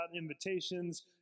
invitations